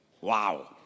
Wow